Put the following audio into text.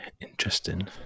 interesting